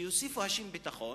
שיוסיפו את השם "ביטחון"